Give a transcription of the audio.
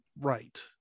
right